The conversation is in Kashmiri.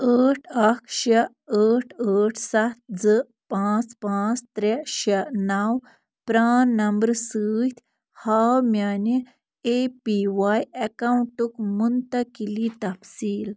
ٲٹھ اکھ شےٚ ٲٹھ ٲٹھ سَتھ زٕ پانٛژھ پانٛژھ ترٛےٚ شےٚ نَو پرٛان نمبر سۭتۍ ہاو میٛانہِ اے پی واے اٮ۪کاوُنٛٹُک مُنتقلی تفصیٖل